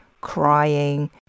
crying